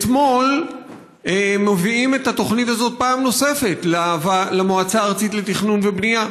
אתמול הביאו את התוכנית הזאת פעם נוספת למועצה הארצית לתכנון ובנייה,